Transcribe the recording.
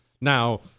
Now